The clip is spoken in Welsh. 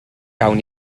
gawn